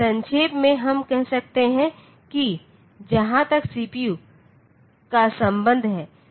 संक्षेप में हम कह सकते हैं कि जहां तक सीपीयू का संबंध है